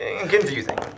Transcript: confusing